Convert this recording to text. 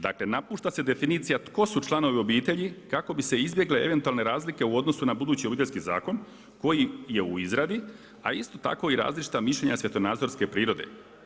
Dakle, napušta se definicija tko su članovi obitelji kako bi se izbjegle eventualne razlike u odnosu na budući Obiteljski zakon koji je u izradi, a isto tako i različita mišljenja svjetonazorske prirode.